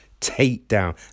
takedown